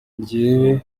jyewe